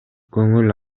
көңүл